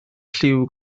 lliw